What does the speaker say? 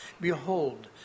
Behold